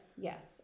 Yes